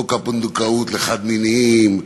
חוק הפונדקאות לחד-מיניים,